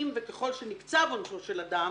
ככל שנקצב עונשו של אדם,